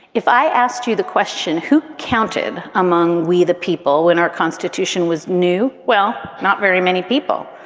if i asked you the question, who counted among we the people when our constitution was new? well, not very many people.